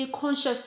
conscious